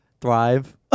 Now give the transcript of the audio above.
thrive